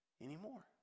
anymore